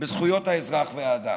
בזכויות האזרח והאדם.